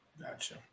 gotcha